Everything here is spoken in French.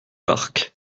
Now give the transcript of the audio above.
parc